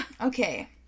Okay